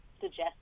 suggest